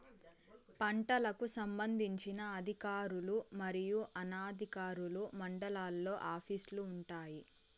పంటలకు సంబంధించిన అధికారులు మరియు అనధికారులు మండలాల్లో ఆఫీస్ లు వుంటాయి?